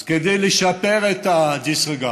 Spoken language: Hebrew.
אז כדי לשפר את ה-disregard,